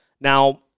Now